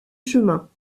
chemin